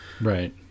Right